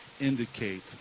indicate